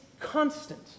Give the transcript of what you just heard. constant